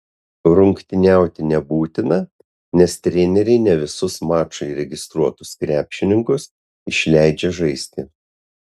rungtyniauti nebūtina nes treneriai ne visus mačui registruotus krepšininkus išleidžia žaisti